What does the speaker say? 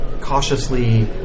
cautiously